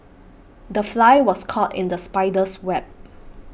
the fly was caught in the spider's web